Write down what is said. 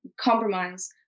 compromise